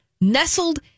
nestled